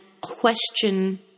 question